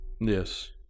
Yes